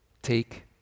Take